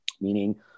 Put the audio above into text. meaning